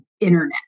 internet